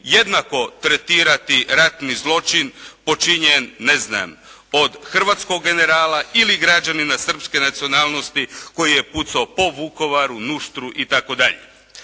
jednako tretirati ratni zločin počinjen ne znam od hrvatskog generala ili građanina srpske nacionalnosti koji je pucao po Vukovaru, Nuštru itd.